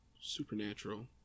supernatural